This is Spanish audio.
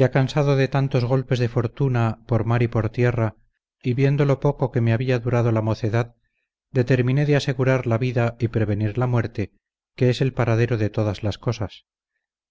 ya cansado de tantos golpes de fortuna por mar y por tierra y viendo lo poco que me había durado la mocedad determiné de asegurar la vida y prevenir la muerte que es el paradero de todas las cosas